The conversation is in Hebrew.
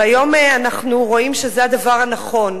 והיום אנחנו רואים שזה הדבר הנכון,